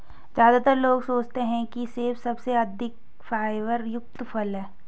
ज्यादातर लोग सोचते हैं कि सेब सबसे अधिक फाइबर युक्त फल है